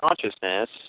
consciousness